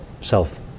self